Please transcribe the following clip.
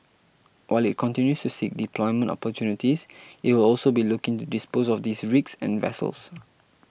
while it continues to seek deployment opportunities it will also be looking to dispose of these rigs and vessels